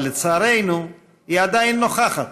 אבל לצערנו היא עדיין נוכחת.